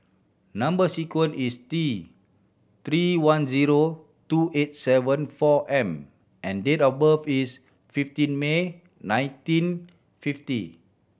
number sequence is T Three one zero two eight seven four M and date of birth is fifteen May nineteen fifty